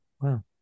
Wow